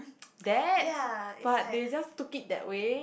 that but they just took it that way